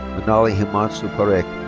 manali himanshu parekh.